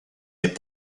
est